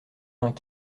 vingt